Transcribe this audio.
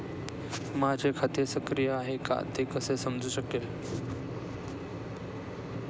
माझे खाते सक्रिय आहे का ते कसे समजू शकेल?